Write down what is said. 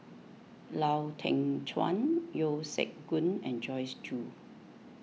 Lau Teng Chuan Yeo Siak Goon and Joyce Jue